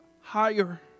higher